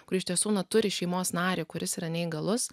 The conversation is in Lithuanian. kuri iš tiesų neturi šeimos narį kuris yra neįgalus